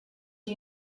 you